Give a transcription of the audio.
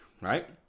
right